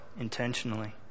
intentionally